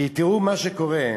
כי תראו מה שקורה.